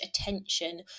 attention